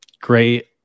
Great